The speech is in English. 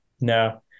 no